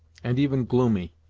and even gloomy,